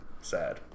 sad